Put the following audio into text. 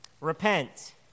Repent